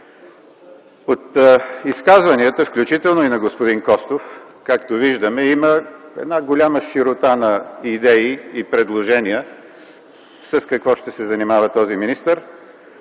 От изказванията, включително и на господин Костов, както виждаме, има голяма широта на идеи и предложения с какво ще се занимава този министър.